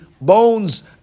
bones